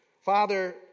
Father